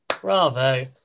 Bravo